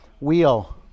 Wheel